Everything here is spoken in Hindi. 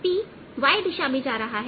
P y दिशा में जा रहा है